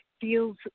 feels